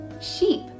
sheep